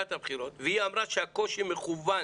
את הבחינות והיא אמרה שהקושי מכוון